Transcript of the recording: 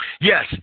Yes